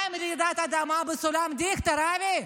מה עם רעידת אדמה בסולם דיכטר, אבי?